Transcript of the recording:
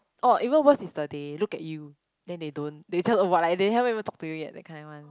oh even worse is the they look at you then they don't they just avoid like they haven't even talk to you yet that kind one